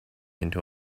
into